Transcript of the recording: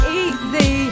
easy